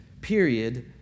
period